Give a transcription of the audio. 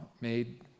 made